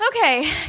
Okay